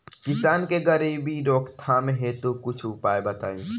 किसान के गरीबी रोकथाम हेतु कुछ उपाय बताई?